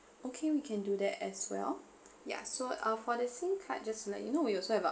okay we can do that as well ya so uh for the SIM card just like you know we also have a